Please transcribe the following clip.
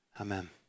Amen